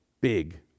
big